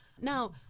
Now